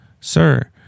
Sir